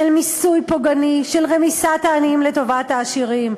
של מיסוי פוגעני, של רמיסת העניים לטובת העשירים,